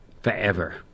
forever